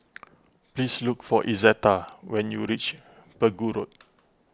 please look for Izetta when you reach Pegu Road